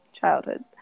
Childhood